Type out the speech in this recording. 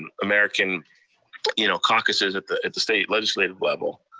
ah american you know caucuses at the at the state legislative level.